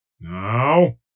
Now